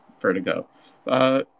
Vertigo